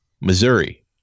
Missouri